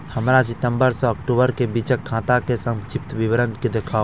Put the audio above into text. हमरा सितम्बर सँ अक्टूबर केँ बीचक खाता केँ संक्षिप्त विवरण देखाऊ?